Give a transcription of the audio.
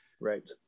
Right